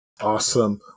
Awesome